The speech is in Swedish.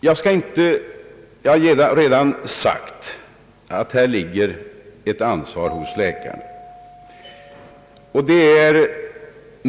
Jag har redan sagt att det ligger ett ansvar på läkaren.